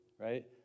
right